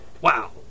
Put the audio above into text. Wow